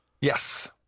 yes